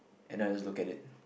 and then I'll just look at it